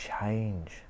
change